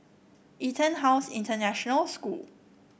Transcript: EtonHouse International School